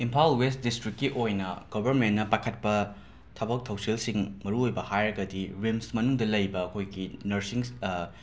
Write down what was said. Imphal west ꯗꯤꯁꯇ꯭ꯔꯤꯛꯀꯤ ꯑꯣꯏꯅ ꯒꯣꯕꯔꯃꯦꯟꯅ ꯄꯥꯏꯈꯠꯄ ꯊꯕꯛ ꯊꯧꯁꯤꯜꯁꯤꯡ ꯃꯔꯨꯑꯣꯏꯕ ꯍꯥꯏꯔꯒꯗꯤ ꯔꯤꯝꯁ ꯃꯅꯨꯡꯗ ꯂꯩꯕ ꯑꯩꯈꯣꯏꯒꯤ ꯅꯔꯁꯤꯡꯁ